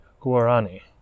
Guarani